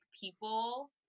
people